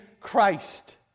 Christ